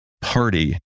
party